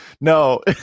no